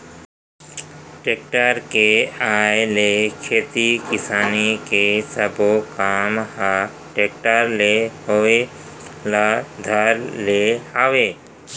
tractor के आए ले खेती किसानी के सबो काम ह टेक्टरे ले होय ल धर ले हवय